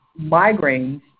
migraines